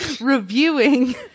reviewing